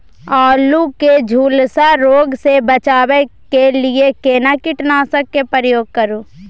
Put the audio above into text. आलू के झुलसा रोग से बचाबै के लिए केना कीटनासक के प्रयोग करू